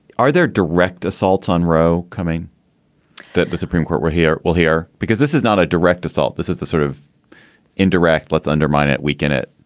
are there direct assaults on roe coming that the supreme court will hear? we'll hear because this is not a direct assault. this is the sort of indirect let's undermine and weaken it